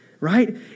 right